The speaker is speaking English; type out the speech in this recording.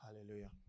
hallelujah